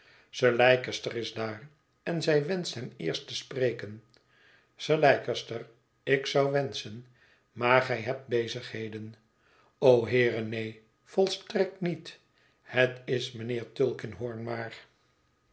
sir leicester is daar en zij wenscht hem eerst te spreken sir leicester ik zou wenschen maar gij hebt bezigheden o heere neen volstrekt niet het is mijnheer tulkinghorn maar